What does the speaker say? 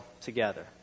together